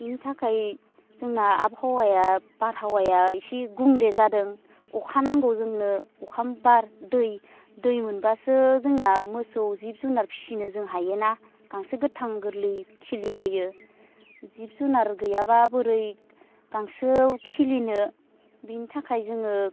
बिनि थाखाय जोंना आबहावाया बारहावाया इसे गुबुंले जादों अखा नांगौ जोंनो अखा बार दै दै मोनब्लासो जोंना मोसौ जिब जुनार फिसिनो जों हायोना गांसो गोथां गोरलै खिलिबोयो जिब जुनार गैयाब्ला बोरै गांसो खिलिनो बिनि थाखाय जोङो